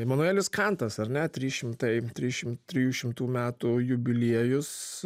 imanuelis kantas ar ne trys šimtai trišimt trijų šimtų metų jubiliejus